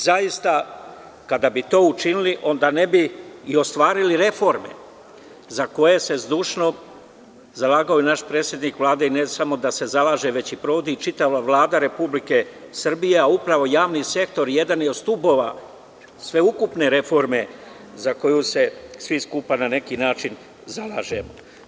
Zaista, kada bi to učinili onda ne bi ni ostvarili reforme za koje se zdušno zalagao i naš predsednik Vlade, i ne samo da se zalaže, već i provodi čitava Vlada Republike Srbije, a upravo javni sektor jedan je od stubova sveukupne reforme za koju se svi skupa, na neki način zalažemo.